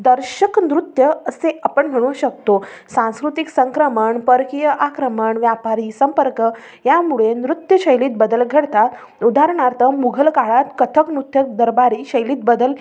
दर्शक नृत्य असे आपण म्हणू शकतो सांस्कृतिक संक्रमण परकीय आक्रमण व्यापारी संपर्क यामुळे नृत्य शैलीत बदल घडतात उदाहरणार्थ मुघल काळात कथक नृत्यक दरबारी शैलीत बदल